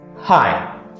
Hi